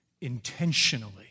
intentionally